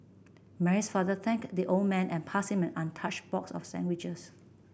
Mary's father thanked the old man and passed him an untouched box of sandwiches